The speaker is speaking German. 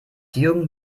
jürgen